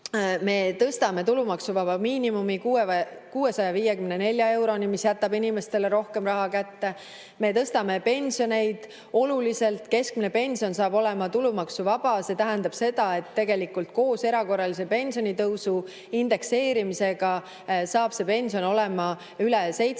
Me tõstame tulumaksuvaba miinimumi 654 euroni, mis jätab inimestele rohkem raha kätte. Me tõstame pensioneid oluliselt: keskmine pension saab olema tulumaksuvaba, mis tähendab seda, et tegelikult koos erakorralise pensionitõusu ja indekseerimisega saab pension olema üle 700